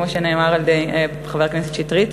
כמו שאמר חבר הכנסת שטרית,